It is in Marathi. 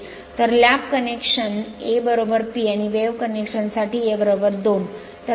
तर लॅप कनेक्शन A P आणि वेव्ह कनेक्शन साठी A 2